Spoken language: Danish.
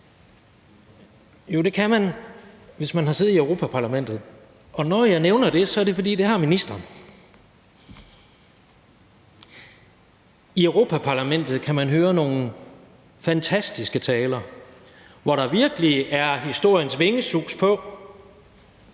Jo, det kan man, hvis man har siddet i Europa-Parlamentet, og når jeg nævner det, er det, fordi det har ministeren. I Europa-Parlamentet kan man høre nogle fantastiske taler, hvor der virkelig er et historiens vingesus på,